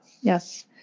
Yes